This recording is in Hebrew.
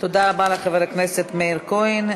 תודה רבה לחבר הכנסת מאיר כהן.